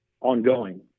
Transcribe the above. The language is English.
ongoing